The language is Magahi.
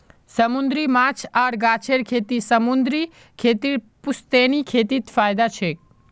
समूंदरी माछ आर गाछेर खेती समूंदरी खेतीर पुश्तैनी खेतीत फयदा छेक